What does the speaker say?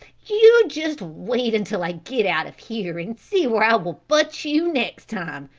you just wait until i get out of here and see where i will butt you next time,